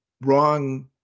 wrong